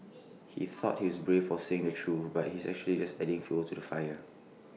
he thought he's brave for saying the truth but he's actually just adding fuel to the fire